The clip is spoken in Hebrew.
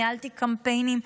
ניהלתי קמפיינים,